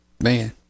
Man